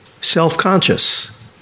self-conscious